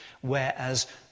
Whereas